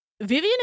Vivian